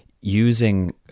using